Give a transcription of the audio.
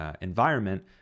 environment